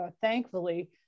thankfully